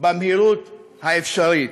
במהירות האפשרית.